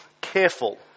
careful